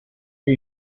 più